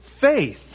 faith